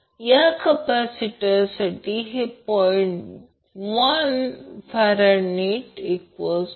या कॅपॅसिटरसाठी हे 0